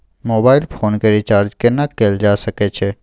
Mobile phone के रिचार्ज केना कैल जा सकै छै?